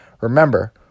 remember